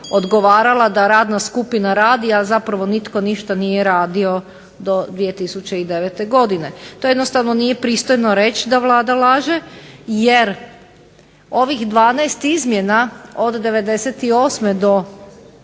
odgovarala da radna skupina radi a zapravo nitko ništa nije radio do 2009. godine. To jednostavno nije pristojno reći da Vlada laže jer ovih 12 izmjena od 98. do